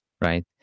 Right